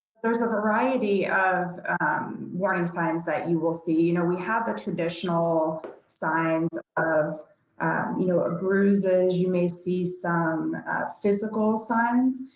there's a variety of warning signs that you will see. you know, we have the traditional signs of you know ah bruises. you may see some physical signs.